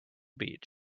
beach